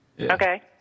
Okay